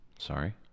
Sorry